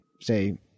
say